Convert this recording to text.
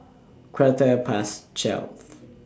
Quarter Past twelve